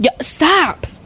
Stop